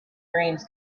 dreams